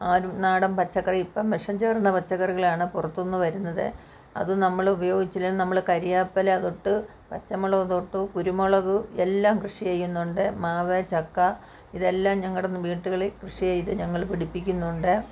ആ ഒരു നാടൻ പച്ചക്കറി ഇപ്പോൾ വിഷം ചേർന്ന പച്ചക്കറികളാണ് പുറത്തു നിന്ന് വരുന്നത് അതു നമ്മൾ ഉപയോഗിച്ചിനേൽ നമ്മൾ കറി വേപ്പില തൊട്ട് പച്ചമുളക് തൊട്ട് കുരുമുളക് എല്ലാം കൃഷി ചെയ്യുന്നുണ്ട് മാവ് ചക്ക ഇതെല്ലാം ഞങ്ങൾ വീട്ടുകളിൽ കൃഷി ചെയ്ത് ഞങ്ങൾ പിടിപ്പിക്കുന്നുണ്ട്